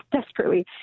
desperately